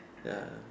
ya